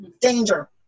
danger